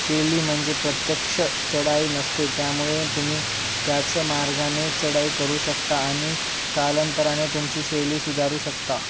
शैली म्हणजे प्रत्यक्ष चढाई नसते त्यामुळे तुम्ही त्याचं मार्गाने चढाई करू शकता आणि कालांतराने तुमची शैली सुधारू शकता